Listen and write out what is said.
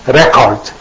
record